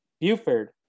Buford